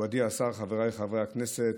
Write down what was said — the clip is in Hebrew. מכובדי השר, חבריי חברי הכנסת,